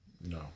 No